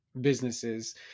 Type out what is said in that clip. businesses